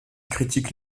critique